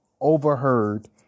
overheard